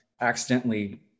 accidentally